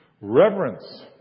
Reverence